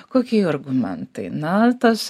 kokie jų argumentai na tas